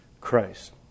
Christ